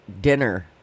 dinner